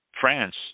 France